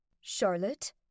Charlotte